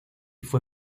fue